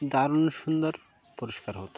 দারণ সুন্দর পরিষ্কার হতো